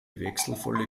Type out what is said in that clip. wechselvolle